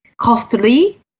costly